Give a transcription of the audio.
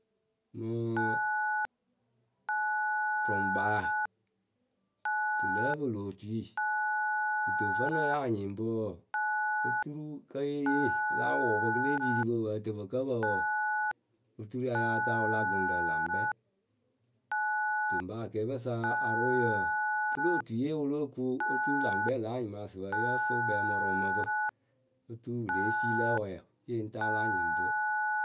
Mɨ rʊŋkpaa. Pɨ lǝ́ǝ pɨlɨ otui kɨto vǝ́nɨ ya anyɩŋ bɨ wɔɔ, oturu kǝ́ yée yee kɨ la wʊ pɩ kɨ le piri pɨ pɨ pǝǝ tɨ pɨ kǝ pǝ wɔɔ, oturu ya yáa taa wʊla gʊŋrǝ laŋkpɛ Kɨto ŋpɨ akɛɛpǝ sa arʊʊyǝǝ pɨlo otuyee wɨ lóo ku oturu laŋkpɛ lǎ anyɩmaasɩpǝ yǝ́ǝ fɨ kpɛɛmʊrʊʊ mɨ pɨ. Oturu wɨ lée fii lǝ wɛɛwǝ yɨŋ taa la nyɩŋ bɨ.